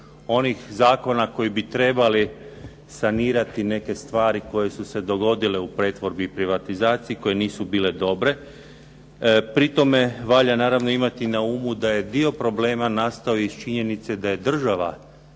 onih zakona koji bi trebali sanirati neke stvari koje su se dogodile u pretvorbi i privatizaciji, koje nisu bile dobre. Pri tome valja naravno imati na umu da je dio problema nastao iz činjenice da je država